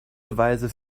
beweise